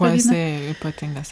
kuo jisai ypatingas